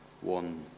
one